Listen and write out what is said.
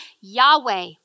Yahweh